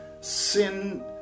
sin-